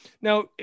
Now